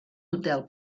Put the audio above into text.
hotel